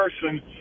person